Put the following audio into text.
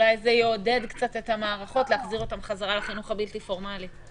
אולי זה יעודד קצת את המערכות להחזיר אותם בחזרה לחינוך הבלתי פורמלי.